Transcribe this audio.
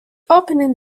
opening